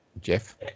Jeff